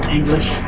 English